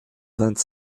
vingt